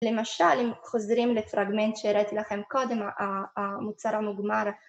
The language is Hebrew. למשל, אם חוזרים לפרגמנט שהראיתי לכם קודם, המוצר המוגמר